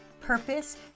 purpose